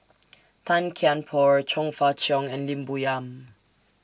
Tan Kian Por Chong Fah Cheong and Lim Bo Yam